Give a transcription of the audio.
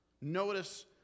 Notice